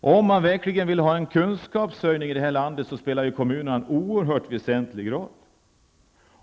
Om man verkligen vill ha en kunskapshöjning i landet spelar kommunerna en oerhört väsentlig roll.